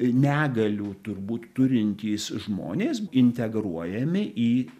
negalių turbūt turintys žmonės integruojami į